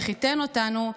שחיתן אותנו,